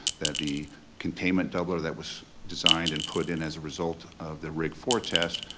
that the containment doubler that was designed and put in as a result of the rig four test,